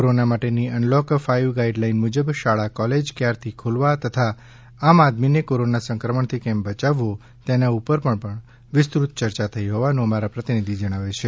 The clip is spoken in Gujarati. કોરોના માટેની અનલોક ફાઈવ ગાઈડલાઈન મુજબ શાળા કોલેજ કયારથી ખોલવા તથા આમ આદમીને કોરોના સંક્રમણથી કેમ બયાવવો તેના ઉપર પણ વિસ્તૃત ચર્ચા થઈ હોવાનું અમારા પ્રતિનિધિ જણાવે છે